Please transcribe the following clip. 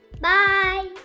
Bye